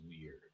weird